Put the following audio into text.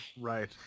right